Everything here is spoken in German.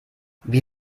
wie